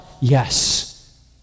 Yes